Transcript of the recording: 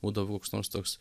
būdavo koks nors toks